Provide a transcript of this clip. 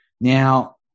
Now